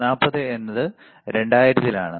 40 എന്നതു 2000 ത്തിലാണ്